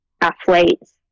athletes